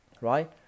right